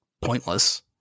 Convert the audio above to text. pointless